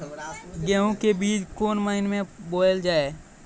गेहूँ के बीच कोन महीन मे बोएल जाए?